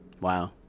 Wow